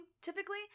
typically